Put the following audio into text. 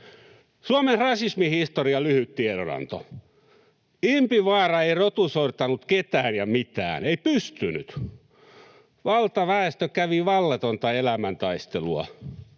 Suomen rasismihistorian lyhyt tiedonanto: Impivaara ei rotusortanut ketään ja mitään, ei pystynyt. Valtaväestö kävi vallatonta elämäntaistelua.